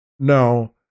Now